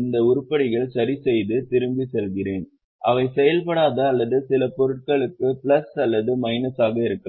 இந்த உருப்படிகளை சரிசெய்து திரும்பிச் செல்கிறேன் அவை செயல்படாத அல்லது சில பொருட்களுக்கு பிளஸ் அல்லது மைனஸாக இருக்கலாம்